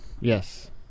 Yes